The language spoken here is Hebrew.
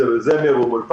אם זה בזמר או באום אל פחם,